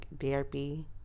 therapy